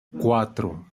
cuatro